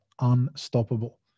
unstoppable